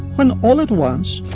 when all at once.